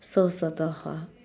so 舍得花